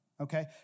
okay